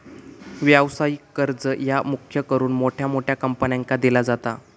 व्यवसायिक कर्ज ह्या मुख्य करून मोठ्या मोठ्या कंपन्यांका दिला जाता